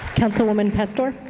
councilwoman pastor